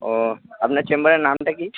ও আপনার চেম্বারের নামটা কী